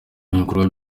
ibikorwa